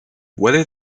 whether